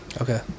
Okay